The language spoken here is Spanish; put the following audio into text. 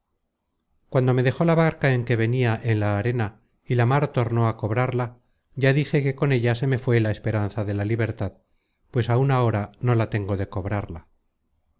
cuando me dejó la barca en que venia en la arena y la mar tornó á cobrarla ya dije que con ella se me fué la es content from google book search generated at peranza de la libertad pues áun ahora no la tengo de cobrarla